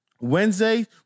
Wednesday